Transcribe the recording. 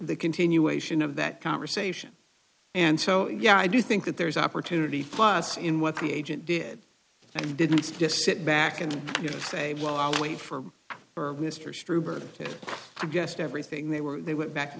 the continuation of that conversation and so yeah i do think that there is opportunity for us in what the agent did and didn't just sit back and say well i'll wait for mr stroup or suggest everything they were they went back and